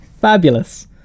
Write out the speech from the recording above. fabulous